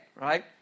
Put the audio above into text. right